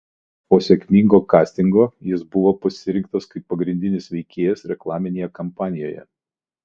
po sėkmingo kastingo jis buvo pasirinktas kaip pagrindinis veikėjas reklaminėje kampanijoje